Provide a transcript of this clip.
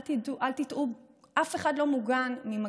אל תטעו, אף אחד לא מוגן ממגפת